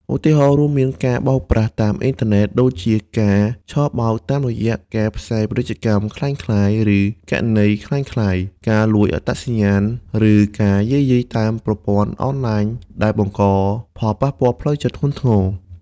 ឧទាហរណ៍រួមមាន ការបោកប្រាស់តាមអ៊ីនធឺណិត (ដូចជាការឆបោកតាមរយៈការផ្សាយពាណិជ្ជកម្មក្លែងក្លាយ ឬគណនីក្លែងក្លាយ) ការលួចអត្តសញ្ញាណ ឬ ការយាយីតាមប្រព័ន្ធអនឡាញ ដែលបង្កផលប៉ះពាល់ផ្លូវចិត្តធ្ងន់ធ្ងរ។